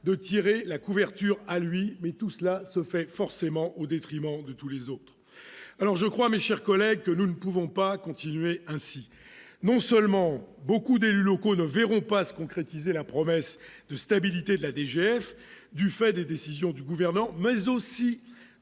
de tirer la couverture à lui mais tout cela se fait forcément au détriment de tous les autres, alors je crois mes chers collègues, que nous ne pouvons pas continuer ainsi, non seulement beaucoup d'élus locaux ne verront pas se concrétiser la promesse de stabilité de la DGF du fait des décisions du gouvernement mais aussi